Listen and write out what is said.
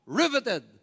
riveted